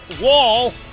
Wall